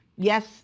yes